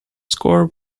score